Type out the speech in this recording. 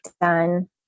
done